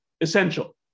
essential